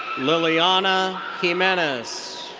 liliana jimenez.